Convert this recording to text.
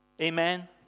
Amen